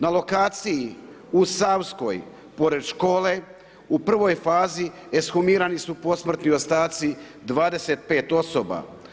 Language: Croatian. Na lokaciji u Savskoj, pored škole, u prvoj fazi ekshumirani su posmrtni ostaci 25 osoba.